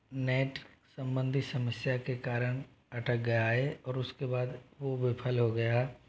net सम्बंधित समस्या के कारण अटक गया है और उस के बाद वो विफल हो गया